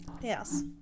Yes